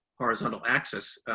horizontal access,